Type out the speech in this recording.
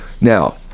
Now